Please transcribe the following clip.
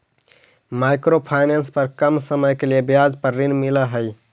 micro finance पर कम समय के लिए ब्याज पर ऋण मिलऽ हई